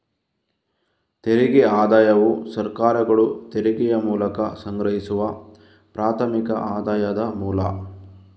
ತೆರಿಗೆ ಆದಾಯವು ಸರ್ಕಾರಗಳು ತೆರಿಗೆಯ ಮೂಲಕ ಸಂಗ್ರಹಿಸುವ ಪ್ರಾಥಮಿಕ ಆದಾಯದ ಮೂಲ